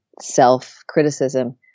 self-criticism